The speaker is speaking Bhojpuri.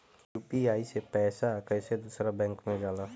यू.पी.आई से पैसा कैसे दूसरा बैंक मे जाला?